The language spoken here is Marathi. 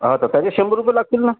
हा तर त्याचे शंभर रुपये लागतील ना